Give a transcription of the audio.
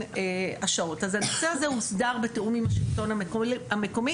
השעות אז הנושא הזה הוסדר בתיאום עם השלטון המקומי,